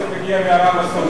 הכסף מגיע מערב-הסעודית,